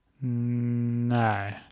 No